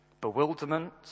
bewilderment